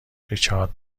ریچارد